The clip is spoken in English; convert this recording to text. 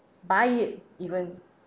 buy it even